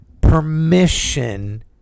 permission